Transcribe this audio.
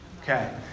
Okay